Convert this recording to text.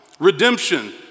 Redemption